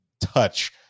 touch